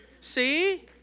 See